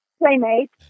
playmate